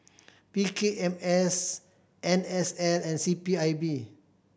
P K M S N S L and C P I B